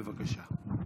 בבקשה.